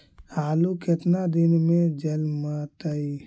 आलू केतना दिन में जलमतइ?